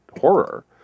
horror